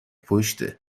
پشته